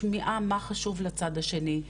שמיעה מה חשוב לצד השני,